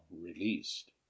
released